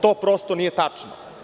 To prosto, nije tačno.